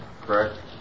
correct